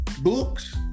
books